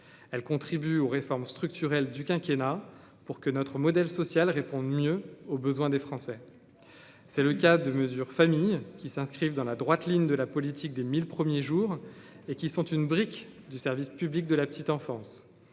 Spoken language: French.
elle contribue aux réformes structurelles du quinquennat pour que notre modèle social répondent mieux aux besoins des Français, c'est le cas de mesures famille qui s'inscrivent dans la droite ligne de la politique des 1000 premiers jours et qui sont une brique de service public de la petite enfance,